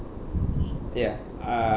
ya uh